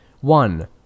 One